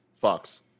Fox